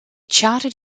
charted